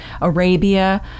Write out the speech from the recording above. Arabia